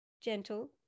gentle